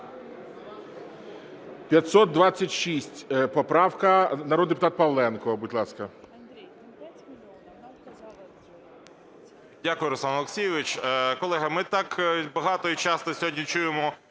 526 поправка. Народний депутат Павленко, будь ласка.